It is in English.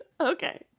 Okay